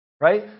right